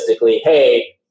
hey